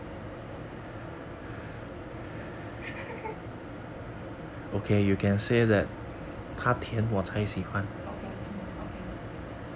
okay um okay